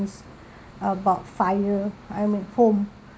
insurance about fire I mean home